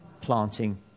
planting